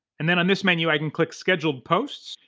and then on this menu i can click scheduled posts,